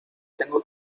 tengo